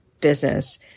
business